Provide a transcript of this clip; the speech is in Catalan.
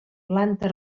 planta